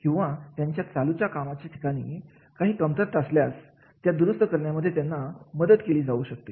किंवा त्यांच्या चालू च्या कामाचे ठिकाणच्या काही कमतरता असल्यास त्या दुरुस्त करण्यामध्ये मदत केली जाऊ शकते